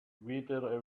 wither